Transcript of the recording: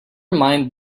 mind